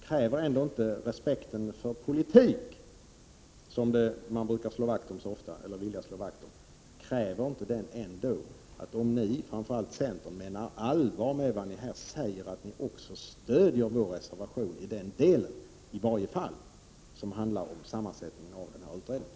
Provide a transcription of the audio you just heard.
Kräver inte respekten för politik, som man så ofta vill slå vakt om, att ni, om ni — framför allt centern — menar allvar med vad ni här säger, också stödjer vår reservation i varje fall i den del som handlar om sammansättningen av krigsmaterielutredningen?